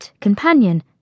companion